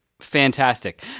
fantastic